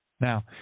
now